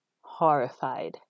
horrified